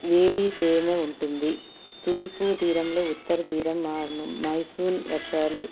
వేడి తేమ ఉంటుంది తూర్పూ తీరంలో ఉత్తర తీరం మాన్సూన్ వర్షాలు